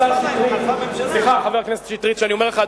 סליחה שאני אומר לך,